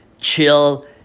chill